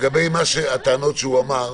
לגבי הטענות שהוא אמר,